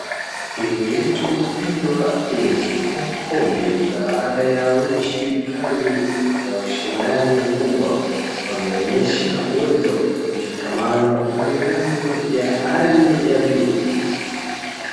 Timu yetu pendwa imechukua kombe baada ya nchi kali na ushindani mkubwa. Wameonyesha uwezo, mshikamano na nidhamu ya hali ya juu.